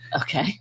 Okay